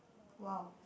!wow!